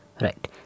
Right